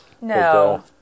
No